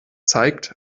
zeigt